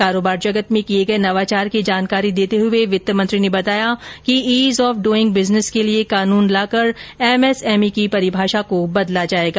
कारोबार जगत में किए गए नवाचार की जानकारी देते हुए वित्त मंत्री ने बताया कि ईज ऑफ डूइंग बिजनेस के लिए कानून लाकर एमएसएमई की परिभाषा को बदला जायेगा